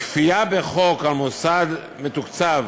כפייה בחוק על מוסד מתוקצב